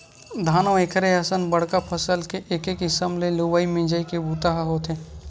धान अउ एखरे असन बड़का फसल के एके किसम ले लुवई मिजई के बूता ह होथे